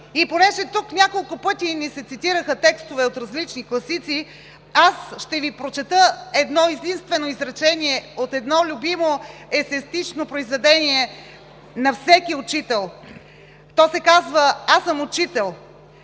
И понеже тук няколко пъти ни се цитираха текстове от различни класици, аз ще Ви прочета едно-единствено изречение от едно любимо есеистично произведение на всеки учител. То се казва „Аз съм учител“: